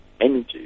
energy